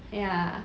ya